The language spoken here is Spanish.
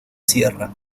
sierra